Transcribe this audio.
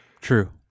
True